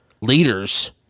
leaders